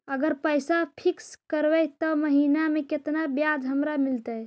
अगर पैसा फिक्स करबै त महिना मे केतना ब्याज हमरा मिलतै?